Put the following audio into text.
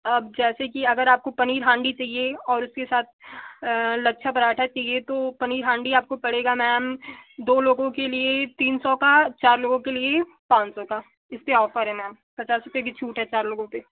अब जैसे कि अगर आपको पनीर हांडी चाहिए और उसके साथ लच्छा पराठा चाहिए तो पनीर हांडी आपको पड़ेगा मैम दो लोगों के लिए तीन सौ का चार लोगों के लिए पाँच सौ का इस पर ऑफर है मैम पचास रुपये की छूट है चार लोगों पर